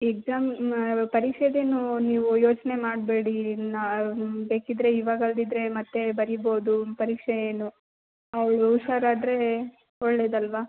exam ಪರೀಕ್ಷೆಯದೇನೂ ನೀವು ಯೋಚನೆ ಮಾಡಬೇಡಿ ನಾ ಬೇಕಿದ್ದರೆ ಇವಾಗ ಅಲ್ಲದಿದ್ರೆ ಮತ್ತೆ ಬರೀಬೌದು ಪರೀಕ್ಷೆಯನ್ನು ಅವಳು ಹುಷಾರಾದರೆ ಒಳ್ಳೆಯದಲ್ವಾ